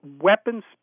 weapons